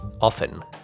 often